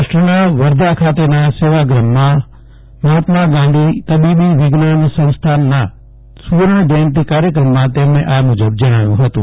મહારાષ્ટ્રના વર્ધા ખાતેના સેવાગ્રામમાં મહાત્મા ગાંધી તબીબી વિજ્ઞાન સંસ્થાના સુવર્ણ જયંતી કાર્યક્રમમાં તેમણે આ મુજબ જણાવ્યું હતું